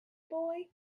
boy